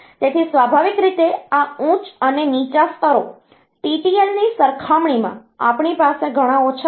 તેથી સ્વાભાવિક રીતે આ ઉચ્ચ અને નીચા સ્તરો TTL ની સરખામણીમાં આપણી પાસે ઘણા ઓછા છે